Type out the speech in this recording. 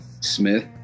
Smith